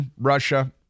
Russia